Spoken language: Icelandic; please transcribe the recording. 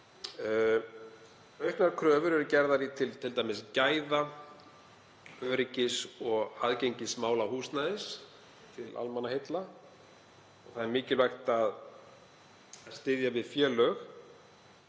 Auknar kröfur eru t.d. gerðar til gæða-, öryggis- og aðgengismála húsnæðis til almannaheilla. Það er mikilvægt að styðja við félög